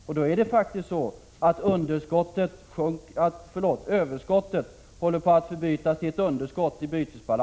Nu är det faktiskt så att överskottet i bytesbalansen håller på att förvandlas till underskott.